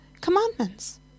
commandments